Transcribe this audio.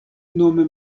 nome